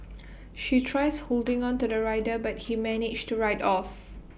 she tries holding on to the rider but he managed to ride off